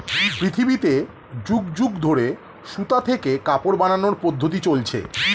পৃথিবীতে যুগ যুগ ধরে সুতা থেকে কাপড় বানানোর পদ্ধতি চলছে